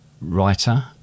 writer